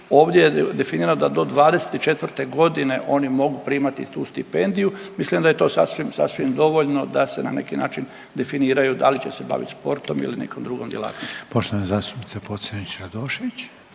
ovdje je definirano da do 24 godine oni mogu primati tu stipendiju, mislim da je to sasvim dovoljno da se na neki način definiraju da li će se baviti sportom ili nekom drugom djelatnošću. **Reiner, Željko